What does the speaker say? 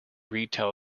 retail